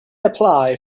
apply